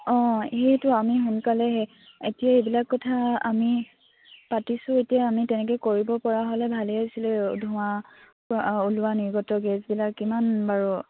অঁ সেইটো আমি সোনকালেেই এতিয়া এইবিলাক কথা আমি পাতিছোঁ এতিয়া আমি তেনেকে কৰিব পৰা হ'লে ভালেই আছিলে ধোঁৱা ওলোৱা নিৰ্গত গেছবিলাক কিমান বাৰু